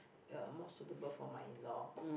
uh more suitable for my in-law